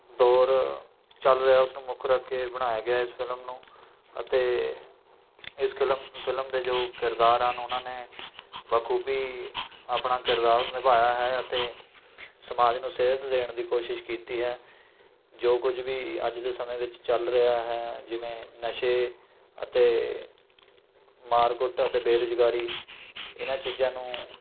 ਦੌਰ ਚਲ ਰਿਹਾ ਉਸ ਨੂੰ ਮੁੱਖ ਰੱਖ ਕੇ ਬਣਾਇਆ ਗਿਆ ਏ ਇਸ ਫਿਲਮ ਨੂੰ ਅਤੇ ਇਸ ਫਿਲਮ ਫਿਲਮ ਦੇ ਜੋ ਕਿਰਦਾਰ ਹਨ ਉਹਨਾਂ ਨੇ ਬਾਖੂਬੀ ਆਪਣਾ ਕਿਰਦਾਰ ਨਿਭਾਇਆ ਹੈ ਅਤੇ ਸਮਾਜ ਨੂੰ ਸੇਧ ਦੇਣ ਦੀ ਕੋਸ਼ਿਸ਼ ਕੀਤੀ ਹੈ ਜੋ ਕੁਝ ਵੀ ਅੱਜ ਦੇ ਸਮੇਂ ਵਿੱਚ ਚੱਲ ਰਿਹਾ ਹੈ ਜਿਵੇਂ ਨਸ਼ੇ ਅਤੇ ਮਾਰ ਕੁੱਟ ਅਤੇ ਬੇਰੁਜ਼ਗਾਰੀ ਇਹਨਾਂ ਚੀਜ਼ਾਂ ਨੂੰ